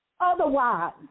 Otherwise